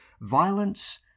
violence